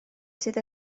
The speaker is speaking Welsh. sydd